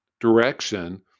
direction